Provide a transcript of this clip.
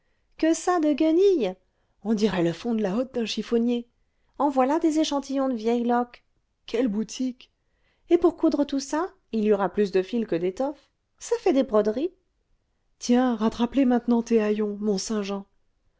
que ça de guenilles on dirait le fond de la hotte d'un chiffonnier en voilà des échantillons de vieilles loques quelle boutique et pour coudre tout ça il y aura plus de fil que d'étoffe ça fait des broderies tiens rattrape les maintenant tes